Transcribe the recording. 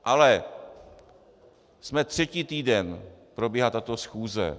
Ale třetí týden probíhá tato schůze.